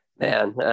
Man